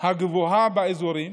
הגבוהה באזורים.